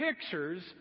pictures